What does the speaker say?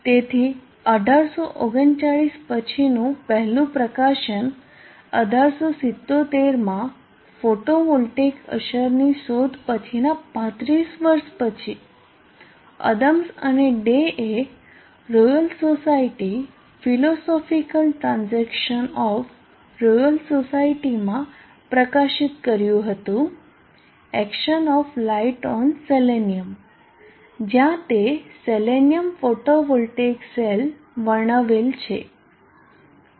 તેથી 1839 પછીનું પહેલું પ્રકાશન 1877 માં ફોટોવોલ્ટેઇક અસરની શોધ પછીના 35 વર્ષ પછી અદમ્સ અને ડે એ Royal Society Philosophical Transactions of Royal સોસાયટીમાં પ્રકાશિત કર્યું હતું action of light on selenium જ્યાં તે સેલેનિયમ ફોટોવોલ્ટેઇક સેલ વર્ણવેલ છે